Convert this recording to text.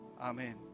Amen